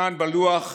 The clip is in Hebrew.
כאן, בלוח,